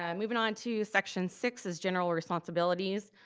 um moving on to section six is general responsibilities.